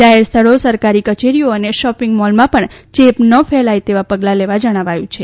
જાહેરસ્થળો સરકારી કચેરીઓ અને શોપિંગ મોલમાં પણ ચેપ ન ફેલાય તેવાં પગલાં લેવા જણાવાયું છે